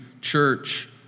church